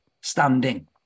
standing